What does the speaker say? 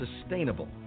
sustainable